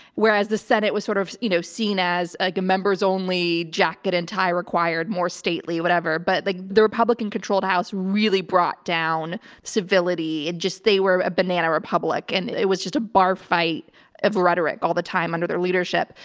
whereas the senate was sort of, you know, seen as a members only jacket and tie required more stately, whatever. but like the republican controlled house really brought down civility. it just, they were a banana republic and it was just a bar fight of rhetoric all the time under their leadership.